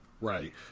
Right